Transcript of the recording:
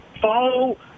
follow